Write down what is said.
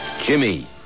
Jimmy